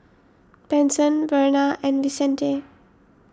Benson Verna and Vicente